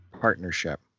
partnership